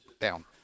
down